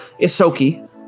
Isoki